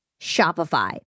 Shopify